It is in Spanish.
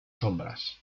sombras